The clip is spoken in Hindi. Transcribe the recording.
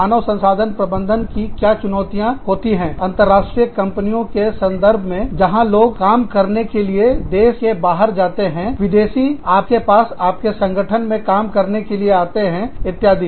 मानव संसाधन प्रबंधन की क्या चुनौतियाँ होती है अंतरराष्ट्रीय कंपनियों के संदर्भ में जहां लोग काम करने के लिए देश के बाहर जाते हैं विदेशी आपके पास आपके संगठन में काम करने के लिए आते हैं इत्यादि